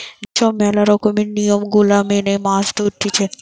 যে সব ম্যালা রকমের নিয়ম গুলা মেনে মাছ ধরতিছে